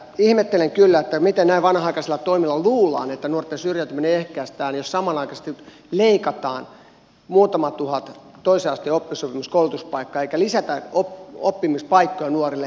ihmettelen kyllä miten luullaan että näin vanhanaikaisilla toimilla nuorten syrjäytyminen ehkäistään jos samanaikaisesti leikataan muutama tuhat toisen asteen oppisopimuskoulutuspaikkaa eikä lisätä oppimispaikkoja nuorille